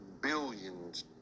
billions